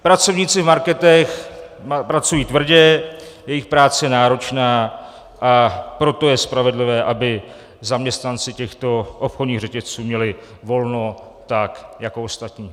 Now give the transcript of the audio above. Pracovníci v marketech pracují tvrdě, jejich práce je náročná, a proto je spravedlivé, aby zaměstnanci těchto obchodních řetězců měli volno tak jako ostatní.